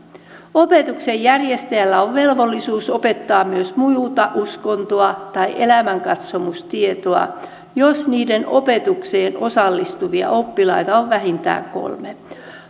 opetuksen järjestäjällä on velvollisuus opettaa myös muuta uskontoa tai elämänkatsomustietoa jos niiden opetukseen osallistuvia oppilaita on vähintään kolme